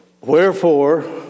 Wherefore